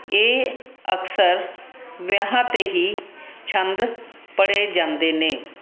ਇਹ ਅਕਸਰ ਵਿਆਹਾਂ 'ਤੇ ਹੀ ਛੰਦ ਪੜ੍ਹੇ ਜਾਂਦੇ ਨੇ